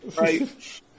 Right